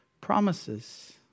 promises